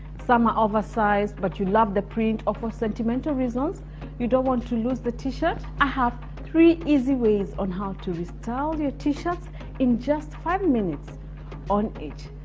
some are oversized but you love the print or for sentimental reasons you don't want to lose the t-shirt? i have three easy ways on how to restyle your t-shirts in just five minutes on each.